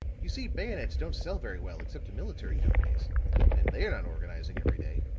you see, bayonets don't sell very well except to military companies and they are not organizing every day.